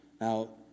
Now